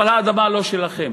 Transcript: אבל האדמה לא שלכם.